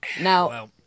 Now